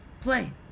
Play